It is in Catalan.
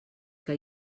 que